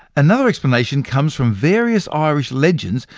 another explanation comes from various irish legends,